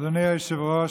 אדוני היושב-ראש,